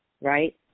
right